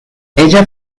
ella